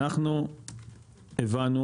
אנחנו הבנו,